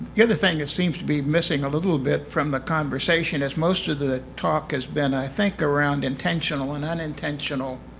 the other thing that seems to be missing a little bit from the conversation is most of the talk has been, i think, around intentional and unintentional